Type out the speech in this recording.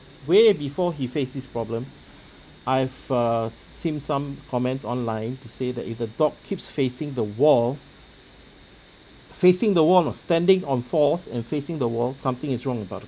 way before he faced this problem I've err seen some comments online to say that if the dog keeps facing the wall facing the wall know standing on fours and facing the wall something is wrong about